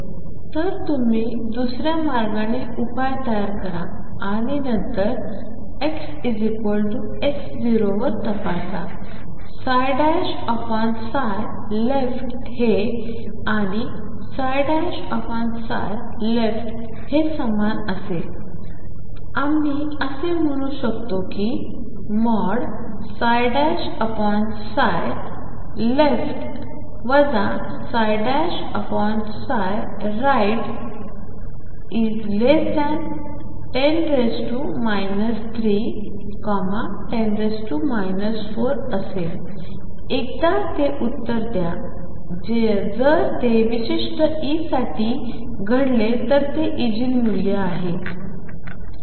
तर तुम्ही दुसर्या मार्गाने उपाय तयार करा आणि नंतर xx0 वर तपासा ।left〗हे आणि ।leftहे समान असेल आम्ही असे म्हणू शकतो की ।left ।right10 310 4 असेल एकदा ते उत्तर द्या जर ते विशिष्ट E साठी घडले तर ते इगेन मूल्य आहे